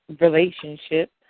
relationship